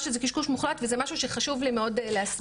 שזה קשקוש מוחלט וזה משהו שחשוב לי מאוד להסביר.